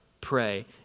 pray